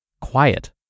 Quiet